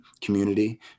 community